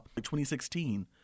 2016